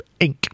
inc